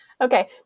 okay